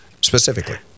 specifically